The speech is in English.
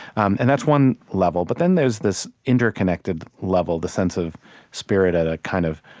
and that's one level, but then there's this interconnected level, the sense of spirit at a kind of